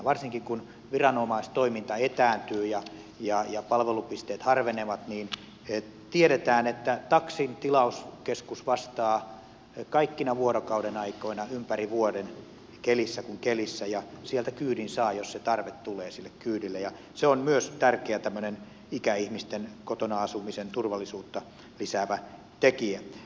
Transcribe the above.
varsinkin kun viranomaistoiminta etääntyy ja palvelupisteet harvenevat tiedetään että taksin tilauskeskus vastaa kaikkina vuorokaudenaikoina ympäri vuoden kelissä kuin kelissä ja sieltä kyydin saa jos se tarve tulee sille kyydille ja se on myös tärkeä tämmöinen ikäihmisten kotona asumisen turvallisuutta lisäävä tekijä